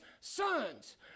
sons